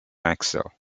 axel